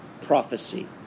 prophecy